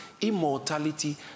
immortality